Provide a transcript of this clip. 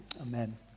amen